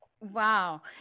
Wow